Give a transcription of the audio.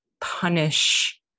punish